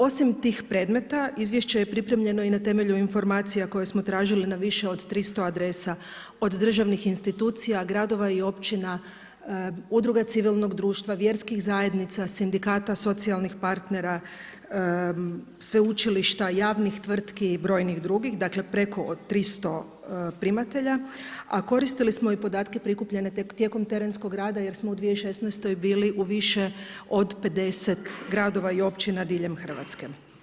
Osim tih predmeta izvješće je pripremljeno i na temelju informacija koje smo tražili na više od 300 adresa od državnih institucija, gradova i općina, udruga civilnog društva, vjerskih zajednica, sindikata, socijalnih partnera, sveučilišta, javnih tvrtki i brojnih drugih, dakle preko od 300 primatelja a koristili smo i podatke prikupljene tijekom terenskog rada jer smo u 2016. bili u više od 50 gradova i općina diljem Hrvatske.